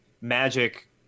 Magic